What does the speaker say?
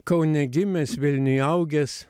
kaune gimęs vilniuj augęs